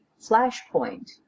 flashpoint